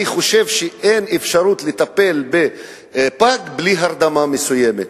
אני חושב שאין אפשרות לטפל בפג בלי הרדמה מסוימת,